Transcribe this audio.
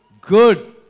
Good